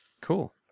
cool